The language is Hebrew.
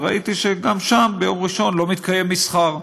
וראיתי שגם שם ביום ראשון לא מתקיים מסחר.